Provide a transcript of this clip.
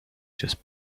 just